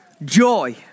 Joy